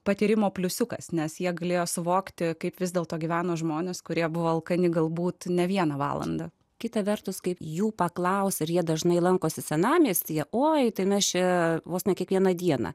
patyrimo pliusiukas nes jie galėjo suvokti kaip vis dėlto gyveno žmonės kurie buvo alkani galbūt ne vieną valandą kita vertus kaip jų paklausė ar jie dažnai lankosi senamiestyje o jei tame šie vos ne kiekvieną dieną